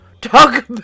Talk